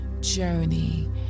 journey